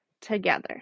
together